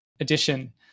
edition